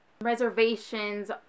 reservations